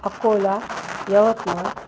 Akola Yavatmal